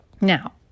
Now